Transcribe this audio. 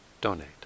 donate